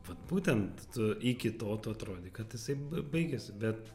vat būtent tu iki to atrodė kad jisai baigėsi bet